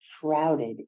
shrouded